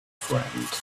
friend